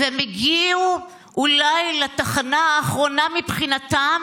והם הגיעו אולי לתחנה האחרונה מבחינתם